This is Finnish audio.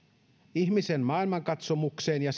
ihmisen maailmankatsomukseen ja